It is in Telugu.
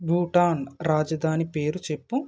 భూటాన్ రాజధాని పేరు చెప్పు